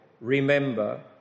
remember